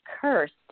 cursed